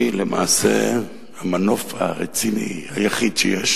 היא למעשה המנוף הרציני היחיד שיש